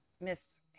Miss